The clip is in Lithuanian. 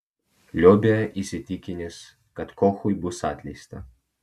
liobė įsitikinęs kad kochui bus atleista